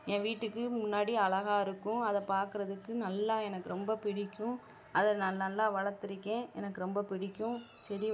என் வீட்டுக்கு முன்னாடி அழகா இருக்கும் அதை பார்க்குறதுக்கு நல்லா எனக்கு ரொம்ப பிடிக்கும் அதை நான் நல்லா வளர்த்துருக்கேன் எனக்கும் ரொம்ப பிடிக்கும் செடி